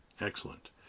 Excellent